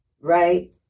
right